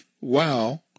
wow